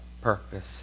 purpose